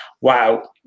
wow